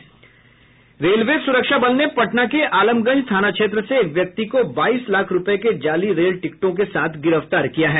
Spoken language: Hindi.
रेलवे सुरक्षा बल ने पटना के आलमगंज थाना क्षेत्र से एक व्यक्ति को बाईस लाख रूपये के जाली रेल टिकटों के साथ गिरफ्तार किया है